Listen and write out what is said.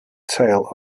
tale